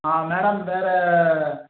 ஆ madam வேறு